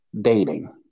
dating